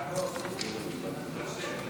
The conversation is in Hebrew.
נעבור לנושא הבא,